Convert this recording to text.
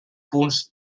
punts